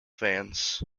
fans